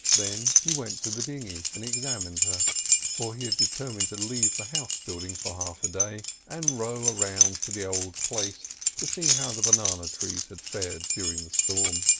then he went to the dinghy and examined her for he had determined to leave the house-building for half a day, and row round to the old place to see how the banana trees had fared during the storm.